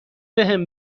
بهم